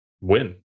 win